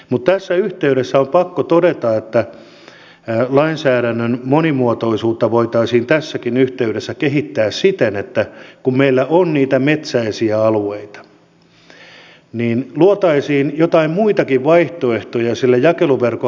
mutta tässä yhteydessä on pakko todeta että lainsäädännön monimuotoisuutta voitaisiin tässäkin yhteydessä kehittää siten että kun meillä on niitä metsäisiä alueita niin luotaisiin joitain muitakin vaihtoehtoja sille jakeluverkon haltijalle kuin se maakaapelin rakentaminen